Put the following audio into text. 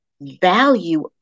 value